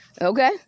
okay